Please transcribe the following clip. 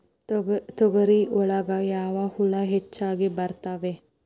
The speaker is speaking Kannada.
ತೊಗರಿ ಒಳಗ ಯಾವ ಹುಳ ಹೆಚ್ಚಾಗಿ ಬರ್ತವೆ?